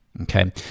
Okay